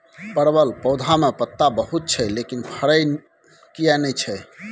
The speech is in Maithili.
परवल पौधा में पत्ता बहुत छै लेकिन फरय किये नय छै?